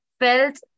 felt